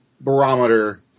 barometer